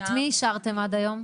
את מי אישרתם עד היום?